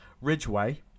Ridgeway